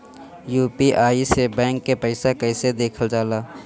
UPI से bank के पैसा कैसे देखल जाला?